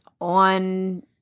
on